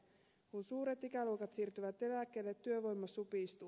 kun suuret ikäluokat siirtyvät eläkkeelle työvoima supistuu